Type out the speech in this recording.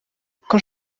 kuko